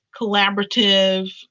Collaborative